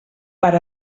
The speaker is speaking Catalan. per